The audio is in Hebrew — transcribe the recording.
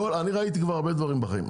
אני ראיתי כבר הרבה דברים בחיים,